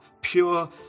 pure